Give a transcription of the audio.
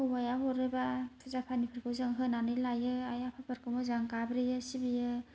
हौवाया हरोबा फुजा फानिफोरखौ जों होनानै लायो आइ आफा फोरखौ मोजां गाबज्रियो सिबियो